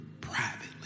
privately